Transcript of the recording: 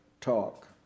talk